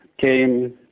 came